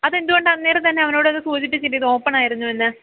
അതെന്തുകൊണ്ട് അന്നേരം തന്നെ അവനോട് അത് സൂചിപ്പിച്ചില്ല ഇത് ഓപ്പൺ ആയിരുന്നുവെന്ന്